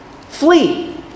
Flee